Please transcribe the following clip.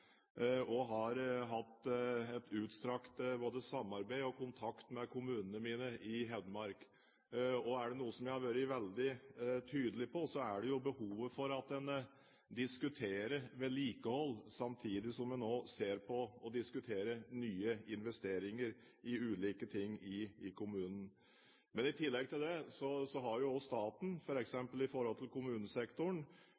Jeg har tolv års erfaring så langt som fylkesmann og har hatt både utstrakt samarbeid og utstrakt kontakt med kommunene mine i Hedmark. Er det noe jeg har vært veldig tydelig på, så er det behovet for at en diskuterer vedlikehold samtidig som en ser på og diskuterer nye investeringer i ulike ting i kommunen. I tillegg til det har jo også staten,